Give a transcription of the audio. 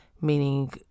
meaning